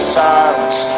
silence